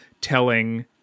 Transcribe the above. telling